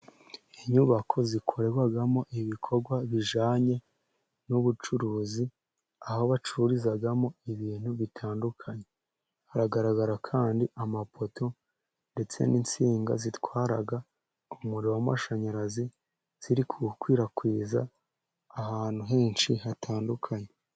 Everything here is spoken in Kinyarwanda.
Inyubako zikorerwamo ibikorwa bijyanye n'ubucuruzi, aho bacururizamo ibintu bitandukanye. Haragaragara kandi amapoto ndetse n'insinga zitwara umuriro w'amashanyarazi ziri Kuwukwirakwiza, ahantu henshi hatandukanye.